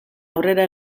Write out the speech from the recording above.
aurrera